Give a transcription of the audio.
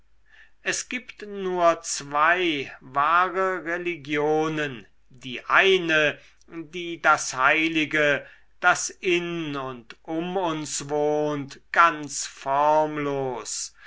es gibt nur zwei wahre religionen die eine die das heilige das in und um uns wohnt ganz formlos